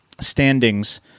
standings